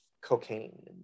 cocaine